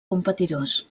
competidors